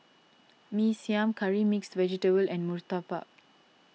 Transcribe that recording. Mee Siam Curry Mixed Vegetable and Murtabak